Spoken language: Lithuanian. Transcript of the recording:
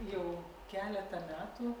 jau keleta metų